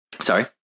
Sorry